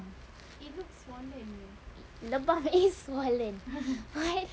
lebam is swollen what